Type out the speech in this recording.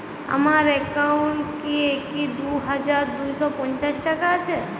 আমার অ্যাকাউন্ট এ কি দুই হাজার দুই শ পঞ্চাশ টাকা আছে?